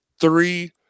three